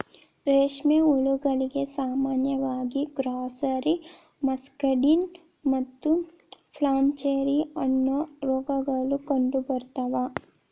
ರೇಷ್ಮೆ ಹುಳಗಳಿಗೆ ಸಾಮಾನ್ಯವಾಗಿ ಗ್ರಾಸ್ಸೆರಿ, ಮಸ್ಕಡಿನ್ ಮತ್ತು ಫ್ಲಾಚೆರಿ, ಅನ್ನೋ ರೋಗಗಳು ಕಂಡುಬರ್ತಾವ